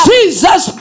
Jesus